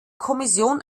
kommission